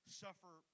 suffer